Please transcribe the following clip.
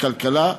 משרד הכלכלה,